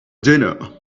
dinner